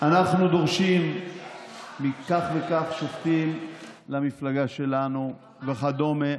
אנחנו דורשים כך וכך שופטים למפלגה שלנו וכדומה.